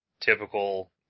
typical